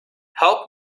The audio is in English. help